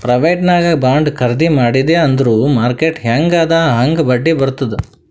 private ನಾಗ್ bond ಖರ್ದಿ ಮಾಡಿದಿ ಅಂದುರ್ ಮಾರ್ಕೆಟ್ ಹ್ಯಾಂಗ್ ಅದಾ ಹಾಂಗ್ ಬಡ್ಡಿ ಬರ್ತುದ್